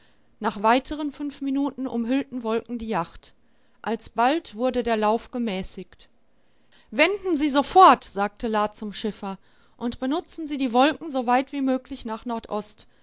nach weiteren fünf minuten umhüllten wolken die yacht alsbald wurde der lauf gemäßigt wenden sie sofort sagte la zum schiffer und benutzen sie die wolken soweit wie möglich nach nordost